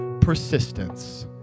persistence